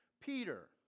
Peter